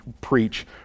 preach